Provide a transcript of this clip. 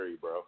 bro